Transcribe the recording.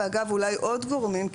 ואגב אולי עוד גורמים,